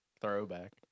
Throwback